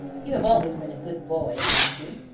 you have always been a good boy, haven't you?